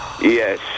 Yes